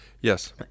Yes